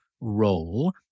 role